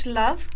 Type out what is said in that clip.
love